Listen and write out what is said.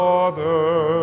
Father